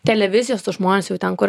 televizijos tuos žmones jau ten kur